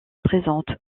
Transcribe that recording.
présentes